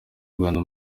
rwanda